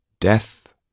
Death